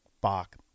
Bach